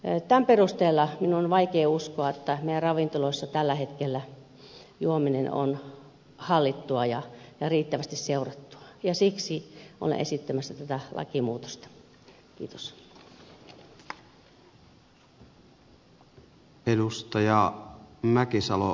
tämän perusteella minun on vaikea uskoa että meillä ravintoloissa tällä hetkellä juominen on hallittua ja riittävästi seurattua ja siksi olen esittämässä tätä lakimuutosta